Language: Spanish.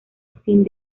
sin